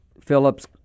Phillips